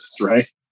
right